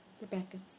Rebecca's